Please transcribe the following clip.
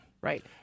Right